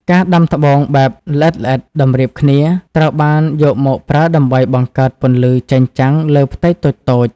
ការដាំត្បូងបែប ល្អិតៗតម្រៀបគ្នា ត្រូវបានយកមកប្រើដើម្បីបង្កើតពន្លឺចែងចាំងលើផ្ទៃតូចៗ។